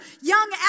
young